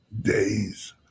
days